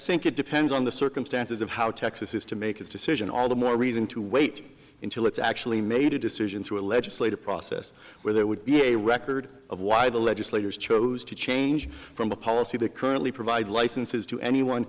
think it depends on the circumstances of how texas is to make its decision all the more reason to wait until it's actually made a decision through a legislative process where there would be a record of why the legislators chose to change from a policy that currently provide licenses to anyone